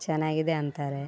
ಚೆನ್ನಾಗಿದೆ ಅಂತಾರೆ